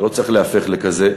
לא צריך ליהפך לכזה,